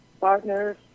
partners